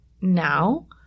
now